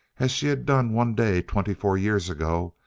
as she had done one day twenty-four years ago,